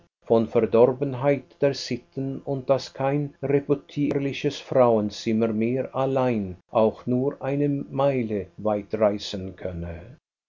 von verdorbenheit der sitten und daß kein reputierliches frauenzimmer mehr allein auch nur eine meile weit reisen könne